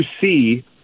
see